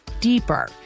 deeper